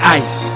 ice